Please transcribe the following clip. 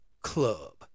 club